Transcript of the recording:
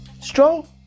Strong